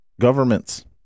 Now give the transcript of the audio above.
governments